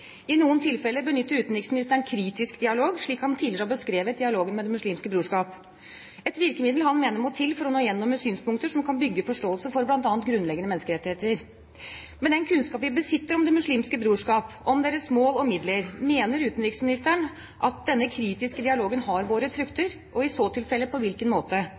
kritisk dialog, slik han tidligere har beskrevet dialogen med Det muslimske brorskap – et virkemiddel han mener må til for å nå gjennom med synspunkter som kan bygge forståelse for bl.a. grunnleggende menneskerettigheter. Med den kunnskap vi besitter om Det muslimske brorskap, om deres mål og midler, mener utenriksministeren at denne kritiske dialogen har båret frukter, og i så tilfelle på hvilken måte?